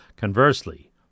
Conversely